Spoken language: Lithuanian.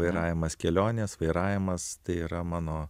vairavimas kelionės vairavimas tai yra mano